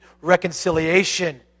reconciliation